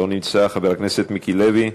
לא נמצא, חבר הכנסת עמר בר-לב,